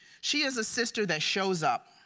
she is a sister that shows up.